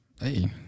Hey